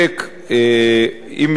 אם מסתכלים,